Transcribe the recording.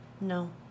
no